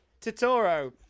Totoro